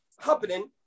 happening